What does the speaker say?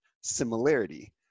similarity